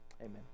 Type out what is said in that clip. amen